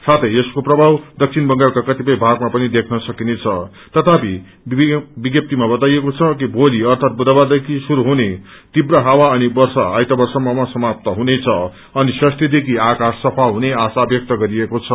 साथै यसको प्रभाव दक्षिण बंगालका कतिपय भागमा पनि देख्न सकिनेछं तगीपि विज्ञप्तिमा बताइएको छ कि भोलि अथात बुधबारदेखि शुरू हुने तीव्र हावा अनि वर्षा आइतबारसम्ममा समाप्त हुनेछ अनि षष्ठहदेखि आकाश सफाा हुने आशा व्यक्त गरिएको छ